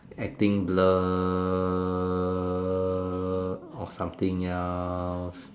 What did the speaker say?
acting blur or something else